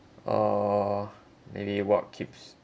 uh or maybe what keeps